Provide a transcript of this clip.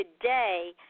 today